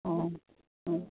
অঁ অঁ